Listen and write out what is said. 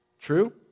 true